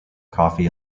coffee